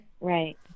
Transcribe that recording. Right